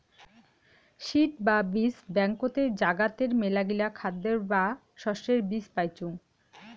seed বা বীজ ব্যাংকতে জাগাতের মেলাগিলা খাদ্যের বা শস্যের বীজ পাইচুঙ